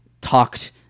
talked